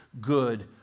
good